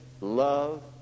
love